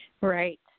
Right